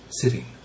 sitting